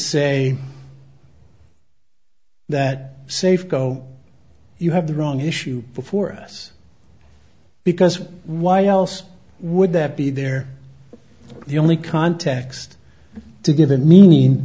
say that safeco you have the wrong issue before us because why else would that be there the only context to give it mean